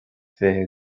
fiche